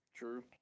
True